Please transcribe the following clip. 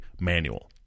manual